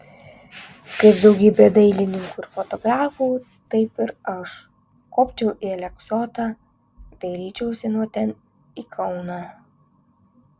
kaip daugybė dailininkų ir fotografų taip ir aš kopčiau į aleksotą dairyčiausi nuo ten į kauną